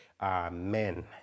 amen